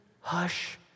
hush